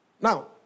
Now